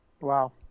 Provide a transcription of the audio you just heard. Wow